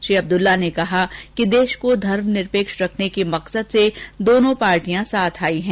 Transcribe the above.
श्री अब्दुल्ला ने कहा कि देश को धर्मनिरपेक्ष रखने के मकसद से दोनों पार्टियां साथ आई है